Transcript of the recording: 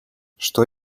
что